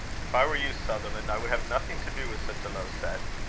if i were you, sutherland, i would have nothing to do with such a low set.